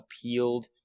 appealed